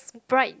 bright